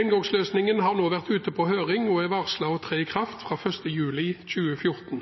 Engangsløsningen har nå vært ute på høring og er varslet å tre i kraft 1. juli 2014.